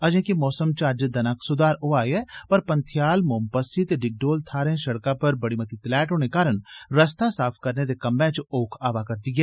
अजें कि मौसम च अज्ज दना क सुधार होआ ऐ पर पंथिआल मोमपस्सी ते डिगडोल थाहरें सड़कैं पर बड़ी मती तलैहट होने कारण रस्ता साफ करने दे कम्मै च ओख आवा'रदी ऐ